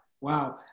Wow